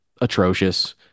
atrocious